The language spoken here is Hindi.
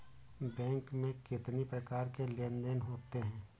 बैंक में कितनी प्रकार के लेन देन देन होते हैं?